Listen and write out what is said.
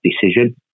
decision